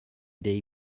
dei